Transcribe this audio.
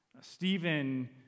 Stephen